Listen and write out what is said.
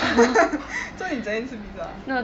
so you 昨天吃 pizza ah